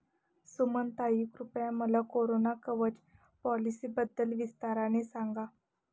सुमनताई, कृपया मला कोरोना कवच पॉलिसीबद्दल विस्ताराने सांगा